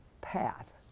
path